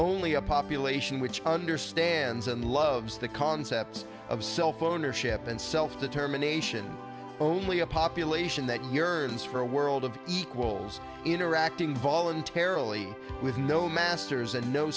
only a population which understands and loves the concept of self ownership and self determination only a population that yearns for a world of equals interacting voluntarily with no masters and no